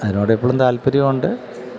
അതിനോട് ഇപ്പോഴും താല്പര്യമുണ്ട്